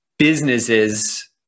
businesses